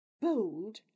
Bold